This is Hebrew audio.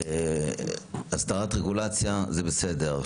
אסדרת רגולציה זה בסדר,